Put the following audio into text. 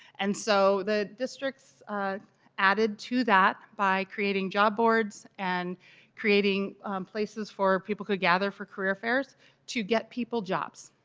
and so the districts added to that by creating job boards and creating places for people to gather for career fairs to get people jobs.